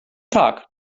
tag